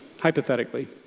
hypothetically